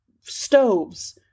Stoves